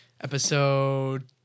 episode